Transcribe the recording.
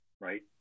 right